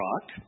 Rock